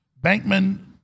Bankman